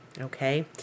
okay